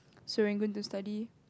Serangoon to study